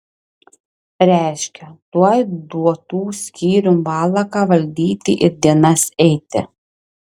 reiškia tuoj duotų skyrium valaką valdyti ir dienas eiti